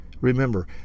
remember